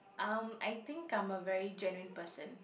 um I think I'm a very genuine person